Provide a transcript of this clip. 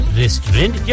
restaurant